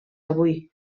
avui